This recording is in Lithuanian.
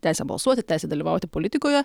teisę balsuoti teisę dalyvauti politikoje